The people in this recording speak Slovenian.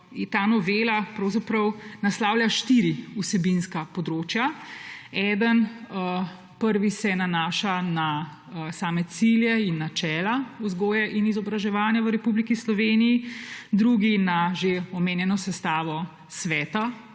ta novela pravzaprav naslavlja štiri vsebinska področja. Prvi se nanaša na same cilje in načela vzgoje in izobraževanja v Republiki Sloveniji, drugi na že omenjeno sestavo sveta,